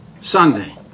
Sunday